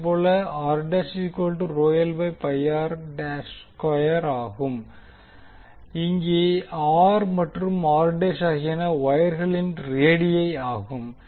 அதேபோல ஆகும் அங்கே மற்றும் ஆகியன வொயர்களின் ரேடியை ஆகும்